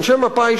אנשי מפא"י,